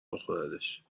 بخوردش